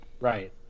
right